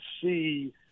see